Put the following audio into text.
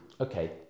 Okay